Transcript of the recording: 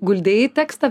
guldei į tekstą